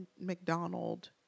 McDonald